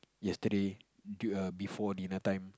yesterday d~ err before dinner time